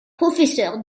professeur